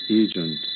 agent